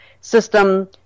system